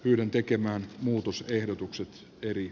pyydän tekemään muutosehdotukset eri